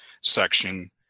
section